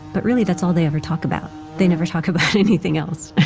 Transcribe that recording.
but really that's all they ever talk about. they never talk about anything else,